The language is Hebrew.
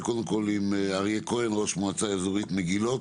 בבקשה, אריה כהן, ראש מועצה אזורית מגילות.